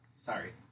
Sorry